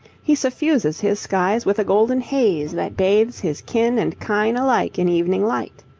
he suffuses his skies with a golden haze that bathes his kin and kine alike in evening light.